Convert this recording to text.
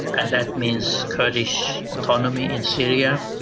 and that means kurdish autonomy in syria,